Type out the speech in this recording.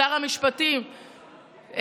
לשר המשפטים,